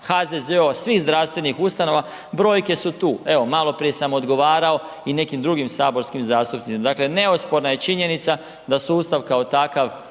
HZZO, svih zdravstvenih ustanova. Brojke su tu, evo malo prije sam odgovarao i nekim drugim saborskim zastupnicima. Dakle neosporna je činjenica sa sustav kao takav